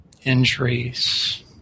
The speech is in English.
injuries